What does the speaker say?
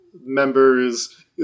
members